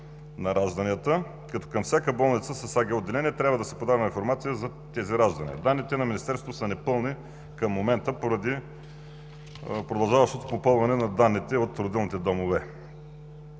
Данните на министерството към момента са непълни, поради продължаващото попълване на данните от родилните домове.